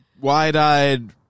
wide-eyed